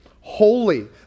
Holy